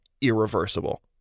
irreversible